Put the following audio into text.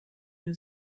nur